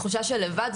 תחושה של לבד,